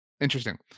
Interesting